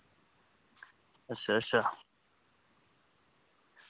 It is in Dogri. अच्छा अच्छा